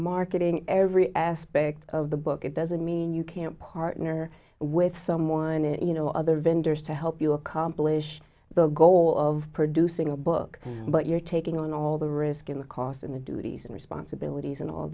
marketing every aspect of the book it doesn't mean you can't partner with someone and you know other vendors to help you accomplish the goal of producing a book but you're taking on all the risk in the cost and the duties and responsibilities and all